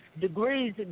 Degrees